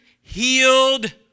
healed